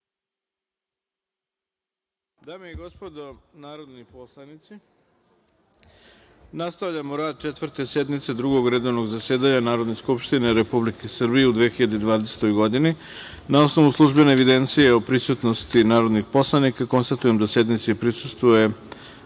Dame i gospodo narodni poslanici, nastavljamo rad Četvrte sednice Drugog redovnog zasedanja Narodne skupštine Republike Srbije u 2020. godini. Na osnovu službene evidencije o prisutnosti narodnih poslanika, konstatujem da sednici prisustvuje